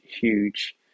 huge